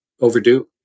overdue